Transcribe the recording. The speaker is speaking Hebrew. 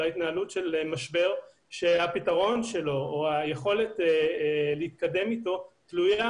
וזאת בזמן שיש משבר שהיכולת להתקדם בו תלויה